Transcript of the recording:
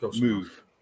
move